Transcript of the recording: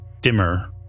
dimmer